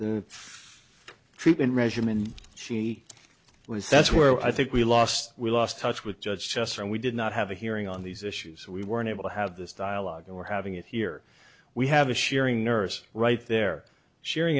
the treatment regimen she was that's were i think we lost we lost touch with judge just and we did not have a hearing on these issues we weren't able to have this dialogue or having it here we have a sharing nurse right there sharing